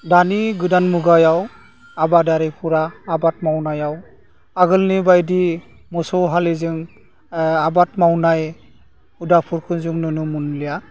दानि गोदान मुगायाव आबादारिफोरा आबाद मावनायाव आगोलनि बायदि मोसौ हालिजों आबाद मावनाय हुदाफोरखौ जों नुनो मोनलिया